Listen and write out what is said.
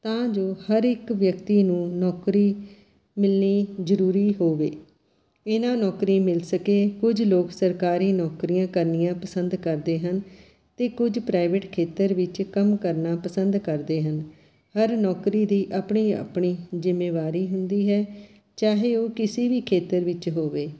ਤਾਂ ਜੋ ਹਰ ਇੱਕ ਵਿਅਕਤੀ ਨੂੰ ਨੌਕਰੀ ਮਿਲਣੀ ਜ਼ਰੂਰੀ ਹੋਵੇ ਇਹਨਾਂ ਨੌਕਰੀ ਮਿਲ ਸਕੇ ਕੁਝ ਲੋਕ ਸਰਕਾਰੀ ਨੌਕਰੀਆਂ ਕਰਨੀਆਂ ਪਸੰਦ ਕਰਦੇ ਹਨ ਅਤੇ ਕੁਝ ਪ੍ਰਾਈਵੇਟ ਖੇਤਰ ਵਿੱਚ ਕੰਮ ਕਰਨਾ ਪਸੰਦ ਕਰਦੇ ਹਨ ਹਰ ਨੌਕਰੀ ਦੀ ਆਪਣੀ ਆਪਣੀ ਜ਼ਿੰਮੇਵਾਰੀ ਹੁੰਦੀ ਹੈ ਚਾਹੇ ਉਹ ਕਿਸੀ ਵੀ ਖੇਤਰ ਵਿੱਚ ਹੋਵੇ